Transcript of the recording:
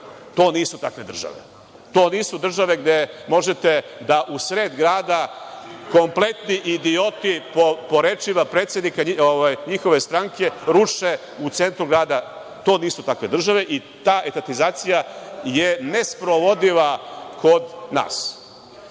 To nisu takve države. To nisu države gde možete u sred grada „kompletni idioti“ po rečima predsednika njihove stranke, da ruše u centru grada. To nisu takve države i ta etatizacija je nesprovodiva kod